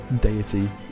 deity